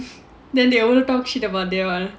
then they all talk shit about they all